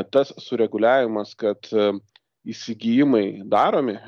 tas sureguliavimas kad įsigijimai daromi